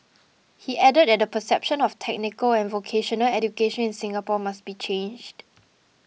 he added that the perception of technical and vocational education in Singapore must be changed